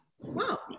Wow